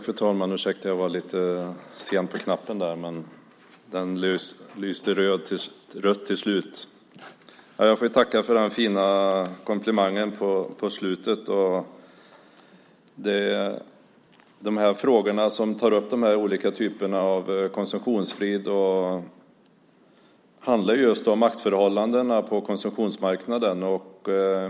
Fru talman! Jag får tacka för den fina komplimangen på slutet. De här olika typerna av konsumtionsfrid handlar just om maktförhållandena på konsumtionsmarknaden.